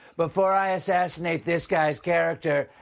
before i assassinate this guy's character,